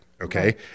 okay